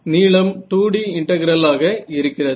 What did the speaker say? நீளம் 2D integral ஆக இருக்கிறது